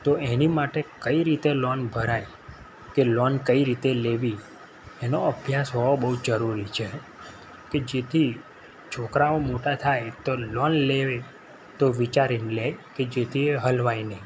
તો એની માટે કઈ રીતે લોન ભરાય કે લોન કઈ રીતે લેવી એનો અભ્યાસ હોવો બહુ જરૂરી છે કે જેથી છોકરાઓ મોટા થાય તો લોન લેવી તો વિચારીને લે કે જેથી એ સલવાય નહીં